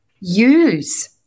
use